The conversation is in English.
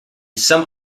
some